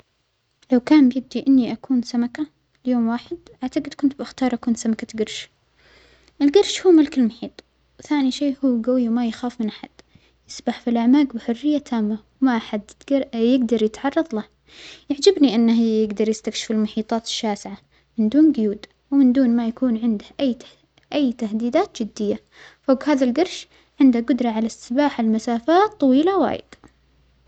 لو كان بيدى إنى أكون سمكة ليوم واحد أعتجد كنت بختار إنى أكون سمكة جرش، الجرش هو ملك المحيط، ثانى شيء هو جوى وما يخاف من حد يسبح في الأعماج بحرية تامة وما حد يتجر يجدر يتعرض له، يعجبنى أنه يجدر يستكشف المحيطات الشاسعة من دون جيود ومن دون ما يكون عنده أى أى تهديدات جدية، فوج هذا الجرش عنده جدرة على السباحة لمسافات طويلة وايد.